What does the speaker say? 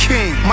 King